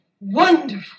Wonderful